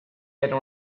era